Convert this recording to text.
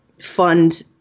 fund